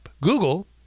Google